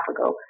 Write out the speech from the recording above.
ago